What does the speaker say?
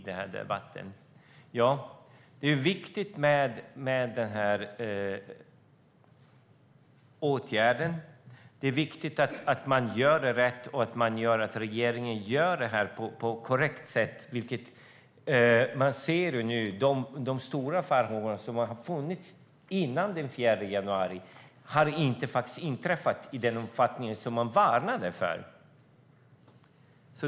Den här åtgärden är viktig, det är viktigt att man gör det rätt och att regeringen gör det hela på ett korrekt sätt. Nu ser man att de stora farhågor som fanns före den 4 januari inte har besannats i den omfattning man varnade för.